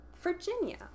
Virginia